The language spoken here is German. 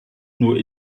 nur